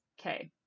okay